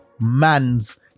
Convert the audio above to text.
man's